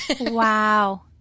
Wow